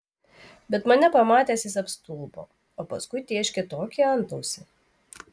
bet mane pamatęs jis apstulbo o paskui tėškė tokį antausį